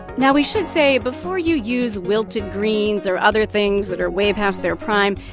now we should say, before you use wilted greens or other things that are way past their prime,